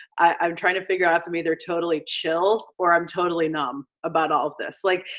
i'm trying to figure out if i'm either totally chill or i'm totally numb about all of this. like